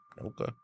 Okay